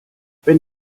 wenn